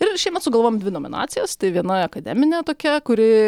ir šiemet sugalvojom dvi nominacijas tai viena akademinė tokia kuri